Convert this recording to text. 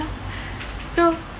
so